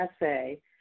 essay